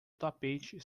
tapete